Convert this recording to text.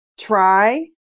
try